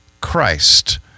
Christ